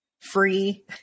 free